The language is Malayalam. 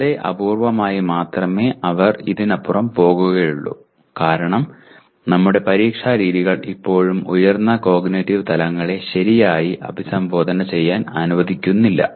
വളരെ അപൂർവ്വമായി മാത്രമേ അവർ ഇതിനപ്പുറം പോകുകയുള്ളൂ കാരണം നമ്മുടെ പരീക്ഷാ രീതികൾ ഇപ്പോഴും ഉയർന്ന കോഗ്നിറ്റീവ് തലങ്ങളെ ശരിയായി അഭിസംബോധന ചെയ്യാൻ അനുവദിക്കുന്നില്ല